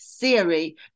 theory